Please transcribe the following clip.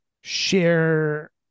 share